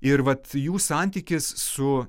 ir vat jų santykis su